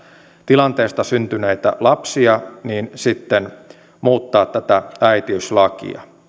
tilanteesta syntyneitä lapsia muuttaa sitten tätä äitiyslakia